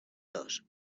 dos